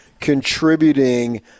contributing